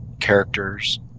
characters